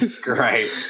Great